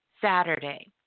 Saturday